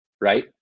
Right